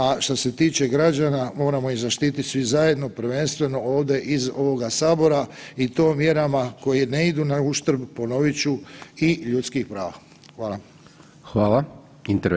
A šta se tiče građana, moramo ih zaštiti svi zajedno prvenstveno ovdje iz ovoga Sabora i to mjerama koje ne idu na uštrb, ponovit ću i ljudskih prava.